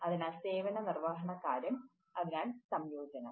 അതിനാൽ സേവന നിർവ്വഹണ കാര്യം അതിനാൽ സംയോജനം